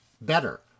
better